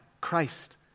Christ